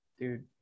dude